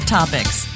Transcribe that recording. Topics